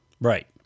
Right